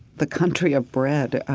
the country of bread,